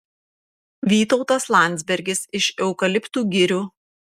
vytautas landsbergis iš eukaliptų girių